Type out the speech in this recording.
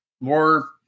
more